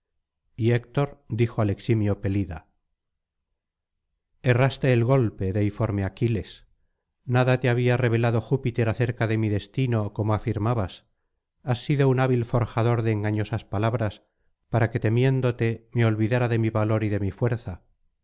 y héctor dijo al eximio pelida errase el golpe deiforme aquiles nada te había revelado júpiter acerca de mi destino como afirmabas has sido un hábil forjador de engañosas palabras para que temiéndote me olvidara de mi valor y de mi fuerza